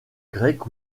grec